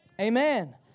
Amen